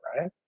right